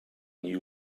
new